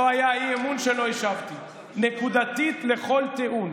לא היה אי-אמון שלא השבתי נקודתית על כל טיעון,